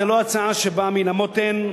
זו לא הצעה שבאה מן המותן.